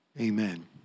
Amen